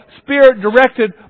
spirit-directed